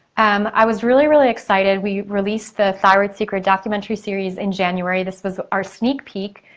um i was really, really excited, we released the thyroid secret documentary series in january. this was our sneak peek.